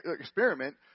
experiment